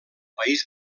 país